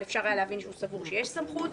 אבל אפשר היה להבין שהוא סבור שיש סמכות,